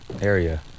area